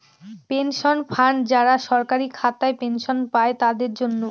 pension fund যারা সরকারি খাতায় পেনশন পাই তাদের জন্য